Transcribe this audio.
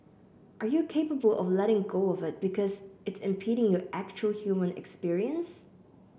are you capable of letting go of it because it's impeding your actual human experience